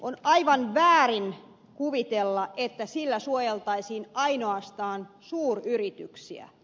on aivan väärin kuvitella että sillä suojeltaisiin ainoastaan suuryrityksiä